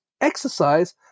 exercise